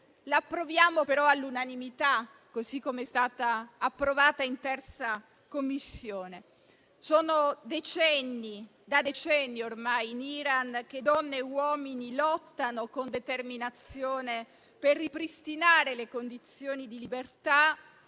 approviamo all'unanimità, così com'è stata approvata in 3a Commissione. È da decenni, ormai, che in Iran donne e uomini lottano con determinazione per ripristinare le condizioni di libertà